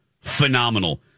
phenomenal